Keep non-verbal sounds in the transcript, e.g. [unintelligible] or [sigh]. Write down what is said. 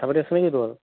[unintelligible] আছে নে কি তোৰ ভাগৰ